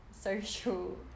social